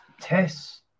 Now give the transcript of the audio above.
Tess